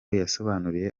yasobanuriye